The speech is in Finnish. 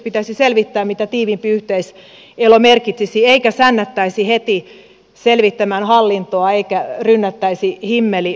pitäisi selvittää mitä tiiviimpi yhteiselo merkitsisi eikä sännättäisi heti selvittämään hallintoa eikä rynnättäisi himmelihommiin